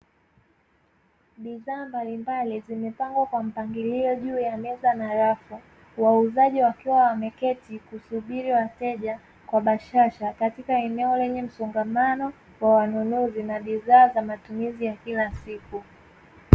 Bidhaa mbalimbali zimepngwa kwa mpangilio juu ya meza na rafa, wauzaji wakiwa wameketi kusubiri wateja kwa bashasha katika eneo lenye mchangamano wa wanunuzi na bidhaa za matumizi ya kila siku.